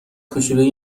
کوچلوی